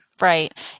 right